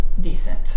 decent